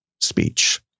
speech